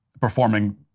performing